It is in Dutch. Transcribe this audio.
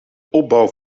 opbouw